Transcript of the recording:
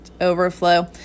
overflow